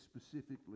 specifically